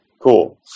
Cool